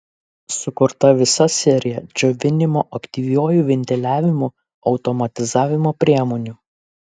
sukurta visa serija džiovinimo aktyviuoju ventiliavimu automatizavimo priemonių